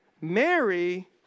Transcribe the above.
Mary